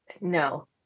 No